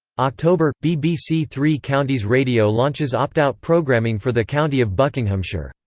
october bbc three counties radio launches opt-out programming for the county of buckinghamshire.